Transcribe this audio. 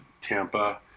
Tampa